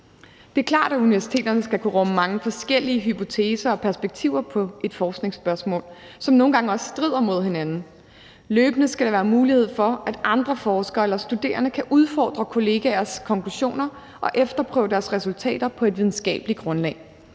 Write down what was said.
Det er klart, at universiteterne skal kunne rumme mange forskellige hypoteser og perspektiver på et forskningsspørgsmål, som nogle gange også strider mod hinanden. Løbende skal der være mulighed for, at andre forskere eller studerende kan udfordre kollegaers konklusioner og efterprøve deres resultater på et videnskabeligt grundlag.